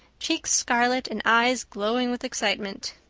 cheeks scarlet and eyes glowing with excitement.